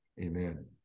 Amen